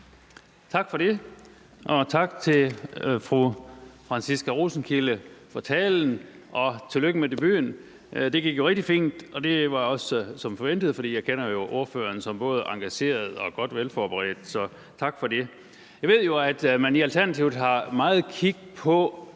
Tak for det, og tak til fru Franciska Rosenkilde for talen og tillykke med debuten. Det gik jo rigtig fint, og det var også som forventet, for jeg kender jo ordføreren som både engageret og velforberedt. Så tak for det. Jeg ved jo, at man i Alternativet har meget kig på